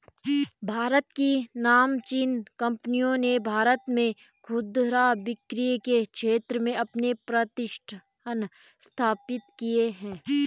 भारत की नामचीन कंपनियों ने भारत में खुदरा बिक्री के क्षेत्र में अपने प्रतिष्ठान स्थापित किए हैं